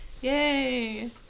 Yay